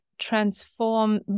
transform